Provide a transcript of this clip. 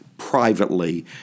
Privately